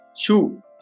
Shoe